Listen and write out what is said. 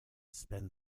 spend